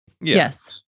Yes